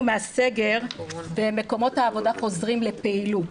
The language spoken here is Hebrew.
מהסגר ומקומות העבודה חוזרים לפעילות,